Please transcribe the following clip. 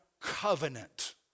covenant